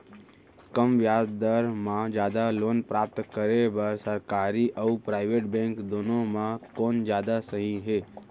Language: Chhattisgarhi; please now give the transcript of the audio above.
कम ब्याज दर मा जादा लोन प्राप्त करे बर, सरकारी अऊ प्राइवेट बैंक दुनो मा कोन जादा सही हे?